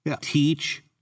teach